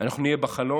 אנחנו נהיה בחלון,